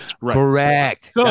Correct